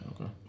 Okay